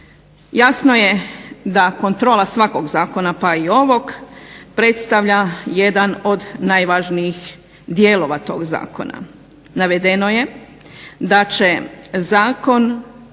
Jasno je da kontrola svakog Zakona pa i ovog predstavlja jedan od najvažnijih dijelova tog Zakona. Navedeno je da će primjenu